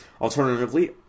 Alternatively